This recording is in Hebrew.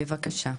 בבקשה.